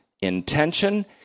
intention